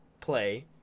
play